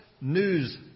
news